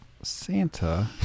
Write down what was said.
Santa